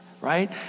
right